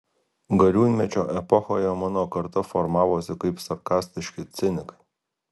gariūnmečio epochoje mano karta formavosi kaip sarkastiški cinikai